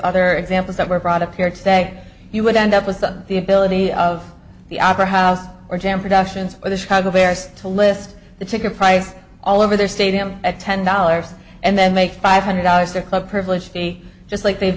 other examples that were brought up here today you would end up with the ability of the opera house or jam productions or the chicago bears to list the ticket price all over their stadium at ten dollars and then make five hundred dollars their club privilege fee just like they've